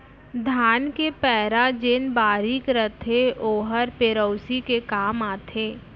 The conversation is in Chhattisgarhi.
धान के पैरा जेन बारीक रथे ओहर पेरौसी के काम आथे